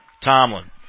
Tomlin